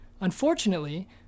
Unfortunately